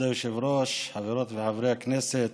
כבוד היושב-ראש, חברות וחברי הכנסת,